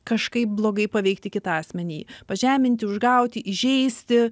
kažkaip blogai paveikti kitą asmenį pažeminti užgauti įžeisti